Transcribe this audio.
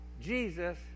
Jesus